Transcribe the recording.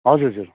हजुर हजुर